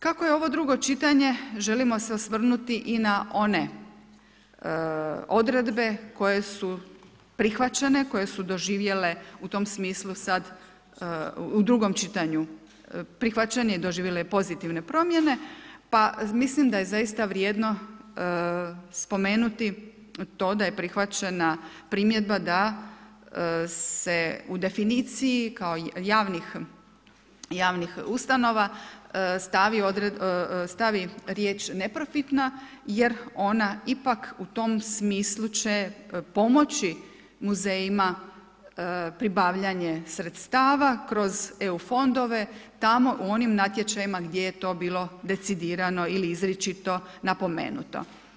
Kako je ovo drugo čitanje, želimo se osvrnuti i na one odredbe koje su prihvaćene, koje su doživjele u tom smislu sad, u drugom čitanju, prihvaćene i doživjele pozitivne promjene, pa mislim da je zaista vrijedno spomenuti to da je prihvaćena primjedba da se u definiciji kao javnih ustanova stavi riječ neprofitna jer ona ipak u tom smislu će pomoći muzejima pribavljanje sredstava kroz EU fondove tako u onim natječajima gdje je to bilo decidirano ili izričito napomenuto.